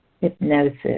hypnosis